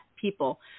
people